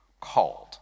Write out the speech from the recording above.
called